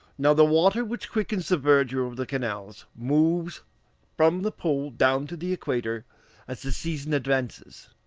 now the water which quickens the verdure of the canals moves from the pole down to the equator as the season advances.